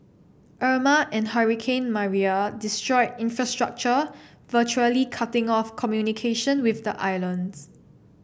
Irma and hurricane Maria destroyed infrastructure virtually cutting off communication with the islands